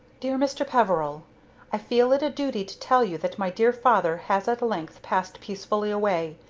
dear mr. peveril i feel it a duty to tell you that my dear father has at length passed peacefully away,